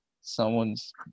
someone's